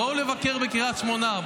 בואו לבקר בקריית שמונה,